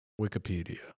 Wikipedia